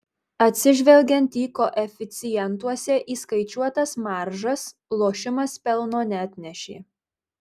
atsižvelgiant į koeficientuose įskaičiuotas maržas lošimas pelno neatnešė